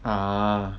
(uh huh)